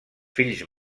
fills